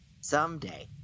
Someday